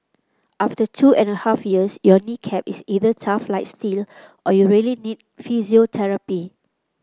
after two and a half years your knee cap is either tough like steel or you really need physiotherapy